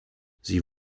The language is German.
sie